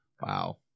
Wow